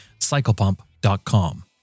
CyclePump.com